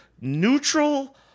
neutral